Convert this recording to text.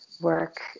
work